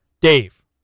Dave